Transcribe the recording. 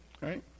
right